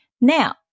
Now